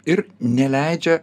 ir neleidžia